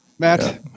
Matt